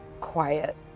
quiet